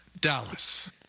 Dallas